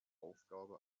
aufgabe